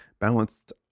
balanced